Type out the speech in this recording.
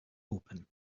open